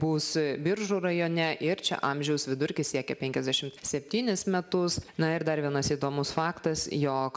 bus biržų rajone ir čia amžiaus vidurkis siekia penkiasdešimt septynis metus na ir dar vienas įdomus faktas jog